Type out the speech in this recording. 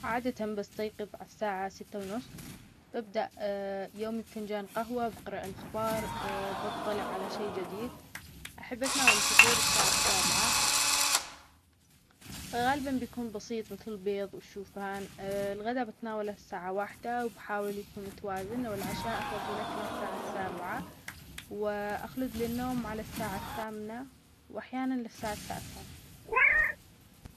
عادة بستيقظ عالساعة ستة ونص ببدأ يومي بفنجان قهوة بقرأ الاخبار بطلع على شيء جديد احب أتنا الفطور الساعة السابعة غالبا بيكون بسيط مثل البيض والشوفان الغداء بتناوله الساعة واحدة وبحاول يكون متوازن لو العشا افضل اكلة الساعة السابعة واخلد للنوم على الساعة الثامنة واحيانا للساعة التاسعة.